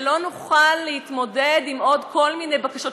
ולא נוכל להתמודד עם עוד כל מיני בקשות.